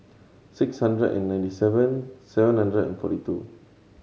six hundred and ninety seven seven hundred and forty two